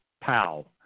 pow